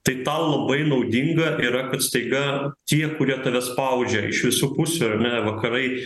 tai tau labai naudinga yra kad staiga tie kurie tave spaudžia iš visų pusių ar ne vakarai